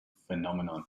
phenomenon